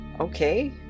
Okay